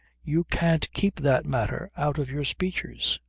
you can't keep that matter out of your speeches.